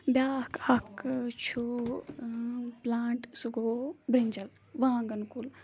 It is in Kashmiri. بیٛاکھ اَکھ چھُ پٕلانٛٹ سُہ گوٚو برٛنٛجَل وانٛگَن کُل